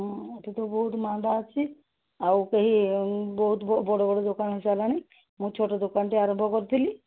ହଁ ଏଠି ତ ବହୁତ ମାନ୍ଦା ଅଛି ଆଉ କେହି ବହୁତ ବଡ଼ ବଡ଼ ଦୋକାନ ଚାଲିଲାଣି ମୁଁ ଛୋଟ ଦୋକାନଠୁ ଆରମ୍ଭ କରିଥିଲି